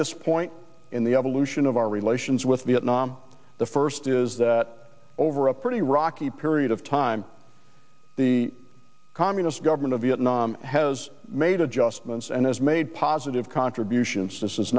this point in the evolution of our relations with vietnam the first is that over a pretty rocky period of time the communist government of vietnam has made adjustments and has made positive contribution